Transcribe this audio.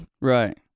Right